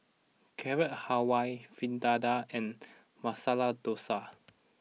Carrot Halwa Fritada and Masala Dosa